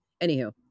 anywho